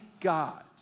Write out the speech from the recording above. God